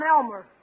Elmer